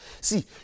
see